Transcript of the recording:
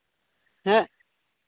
ᱦᱮᱸ